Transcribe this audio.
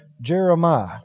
Jeremiah